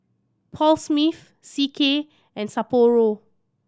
Paul Smith C K and Sapporo